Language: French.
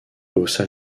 haussa